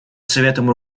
советом